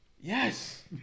Yes